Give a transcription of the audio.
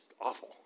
awful